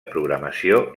programació